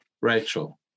Rachel